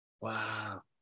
Wow